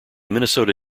minnesota